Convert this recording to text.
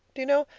do you know,